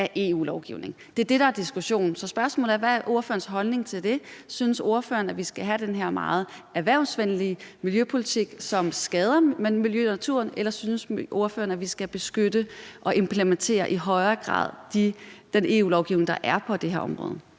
Det er det, der er diskussionen. Så spørgsmålet er, hvad ordførerens holdning er til det. Synes ordføreren, at vi skal have den her meget erhvervsvenlige miljøpolitik, som skader miljøet og naturen, eller synes ordføreren, at vi skal beskytte det og i højere grad implementere den EU-lovgivning, der er på det her område?